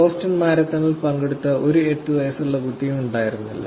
Boston മാരത്തണിൽ പങ്കെടുത്ത ഒരു എട്ടു വയസുള്ള കുട്ടിയും ഉണ്ടായിരുന്നേയില്ല